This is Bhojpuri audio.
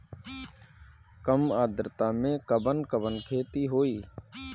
कम आद्रता में कवन कवन खेती होई?